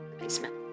basement